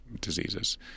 diseases